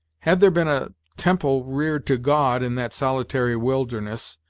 had there been a temple reared to god, in that solitary wilderness,